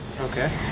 Okay